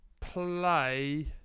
play